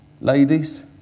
Ladies